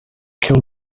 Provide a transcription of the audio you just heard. kill